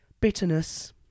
bitterness